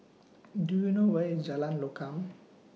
Do YOU know Where IS Jalan Lokam